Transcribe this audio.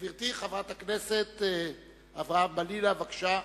גברתי חברת הכנסת אברהם-בלילא, בבקשה.